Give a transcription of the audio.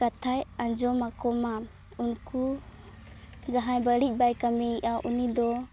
ᱠᱟᱛᱷᱟᱭ ᱟᱸᱡᱚᱢᱟᱠᱚ ᱢᱟ ᱩᱱᱠᱩ ᱡᱟᱦᱟᱭ ᱵᱟᱹᱲᱤᱡ ᱵᱟᱭ ᱠᱟᱹᱢᱤᱭᱮ ᱚᱧᱧ ᱵᱟᱭ ᱠᱟᱢᱤᱭᱮᱜᱼᱟ ᱩᱱᱤ ᱫᱚ